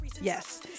Yes